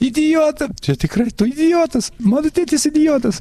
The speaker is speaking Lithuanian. idiotą čia tikrai tu idiotas mano tėtis idiotas